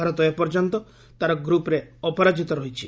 ଭାରତ ଏ ପର୍ଯ୍ୟନ୍ତ ତା'ର ଗ୍ରପ୍ରେ ଅପରାଜିତ ରହିଛି